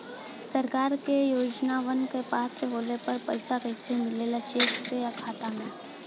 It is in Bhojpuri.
सरकार के योजनावन क पात्र होले पर पैसा कइसे मिले ला चेक से या खाता मे?